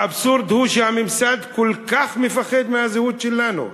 האבסורד הוא שהממסד כל כך מפחד מהזהות שלנו,